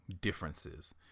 differences